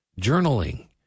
journaling